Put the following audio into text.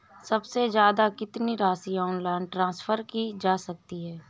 सबसे ज़्यादा कितनी राशि ऑनलाइन ट्रांसफर की जा सकती है?